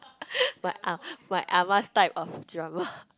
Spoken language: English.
my ah~ my ah ma's type of drama